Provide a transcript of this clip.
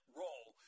role